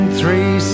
three